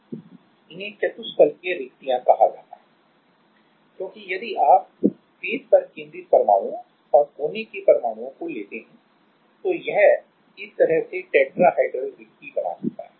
इन्हें चतुष्फलकीय रिक्तियां tetrahedral vacancies कहा जाता है क्योंकि यदि आप फेस पर केंद्रित परमाणुओं और कोने के परमाणुओं को लेते हैं तो यह इस तरह से टेट्राहेड्रल रिक्ति बना सकता है